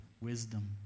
wisdom